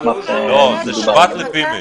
זה 7,000 איש.